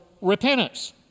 repentance